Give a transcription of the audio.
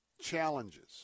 challenges